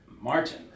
Martin